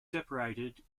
separated